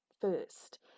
first